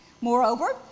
Moreover